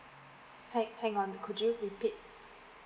hang hang on could you repeat